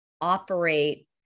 operate